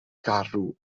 garw